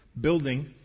building